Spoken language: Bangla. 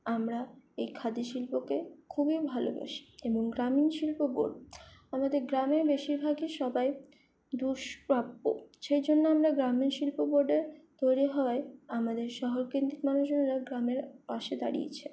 আমরা এই খাদি শিল্পকে খুবই ভালোবাসি এবং গ্রামীণ শিল্প বলতে আমাদের গ্রামে বেশিরভাগই সবাই দুষ্প্রাপ্য সেই জন্য আমরা গ্রামীণ শিল্প বোর্ডে তৈরি হওয়ায় আমাদের শহর কেন্দ্রিক মানুষেরা গ্রামের পাশে দাঁড়িয়েছে